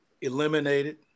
eliminated